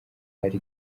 hari